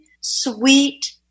sweet